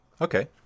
Okay